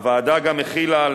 הוועדה גם החילה על